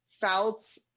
felt